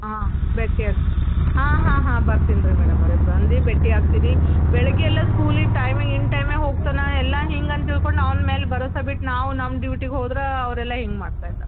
ಹಾಂ ಭೇಟಿಯಾಗಿ ಹಾಂ ಹಾಂ ಹಾಂ ಬರ್ತೀನಿ ರೀ ಮೇಡಮರೇ ಬಂದು ಭೇಟಿಯಾಗ್ತೀನಿ ಬೆಳಗ್ಗೆ ಎಲ್ಲ ಸ್ಕೂಲಿಗೆ ಟೈಮ್ ಇನ್ ಟೈಮ್ಗೆ ಹೋಗ್ತೇನೆ ಎಲ್ಲ ಹಿಂಗೆ ಅಂತ ತಿಳ್ಕೊಂಡು ಅವ್ನ ಮೇಲೆ ಭರ್ವಸೆ ಬಿಟ್ಟು ನಾವು ನಮ್ಮ ಡ್ಯೂಟಿಗೆ ಹೋದ್ರೆ ಅವರೆಲ್ಲ ಹಿಂಗೆ ಮಾಡ್ತಾಯಿದ್ದಾರೆ